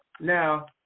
now